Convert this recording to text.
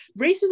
Racism